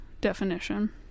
definition